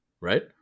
right